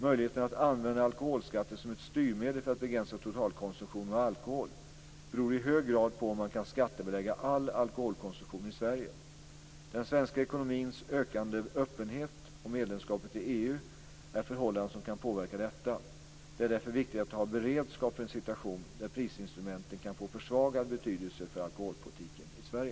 Möjligheten att använda alkoholskatten som ett styrmedel för att begränsa totalkonsumtionen av alkohol beror i hög grad på om man kan skattebelägga all alkoholkonsumtion i Sverige. Den svenska ekonomins ökande öppenhet och medlemskapet i EU är förhållanden som kan påverka detta. Det är därför viktigt att ha beredskap för en situation där prisinstrumentet kan få försvagad betydelse för alkoholpolitiken i Sverige.